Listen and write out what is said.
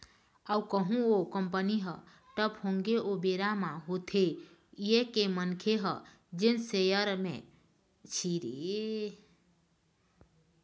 अउ कहूँ ओ कंपनी ह ठप होगे ओ बेरा म होथे ये के मनखे ह जेन सेयर ले म या बांड ले म पइसा लगाय रहिथे ओहा जावत रहिथे